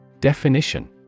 Definition